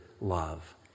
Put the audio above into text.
love